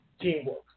teamwork